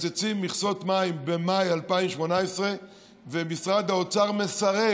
שמקצצים מכסות מים במאי 2018 ומשרד האוצר מסרב,